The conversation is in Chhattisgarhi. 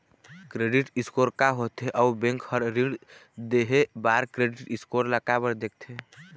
क्रेडिट स्कोर का होथे अउ बैंक हर ऋण देहे बार क्रेडिट स्कोर ला काबर देखते?